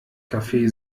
kaffee